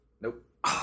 Nope